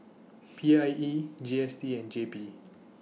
P I E G S T and J P